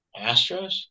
Astros